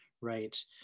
right